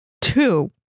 Two